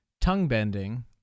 tongue-bending